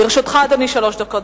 לרשותך, אדוני, שלוש דקות.